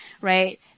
Right